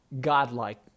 godlike